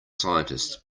scientists